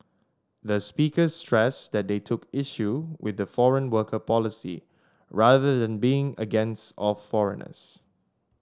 the speakers stressed that they took issue with the foreign worker policy rather than being against of foreigners